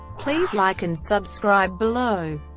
please like and subscribe below.